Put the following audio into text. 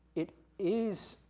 it is,